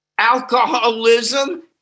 Alcoholism